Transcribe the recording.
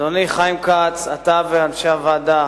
אדוני, חיים כץ, אתה ואנשי הוועדה